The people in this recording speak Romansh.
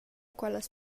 quellas